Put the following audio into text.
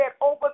over